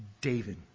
David